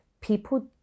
people